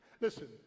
Listen